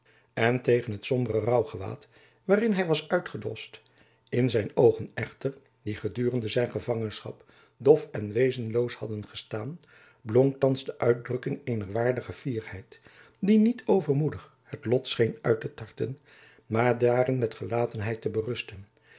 en tegen het sombere rouwgewaad waarin hy was uitgedoscht in zijn oogen echter die gedurende zijn gevangenschap dof en wezenloos hadden gestaan blonk thands de uitdrukking eener waardige fierheid die niet overmoedig het lot scheen uit te tarten maar jacob van lennep elizabeth musch daarin met gelatenheid te berusten